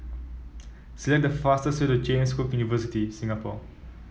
select the fastest way to James Cook University Singapore